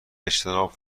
اجتناب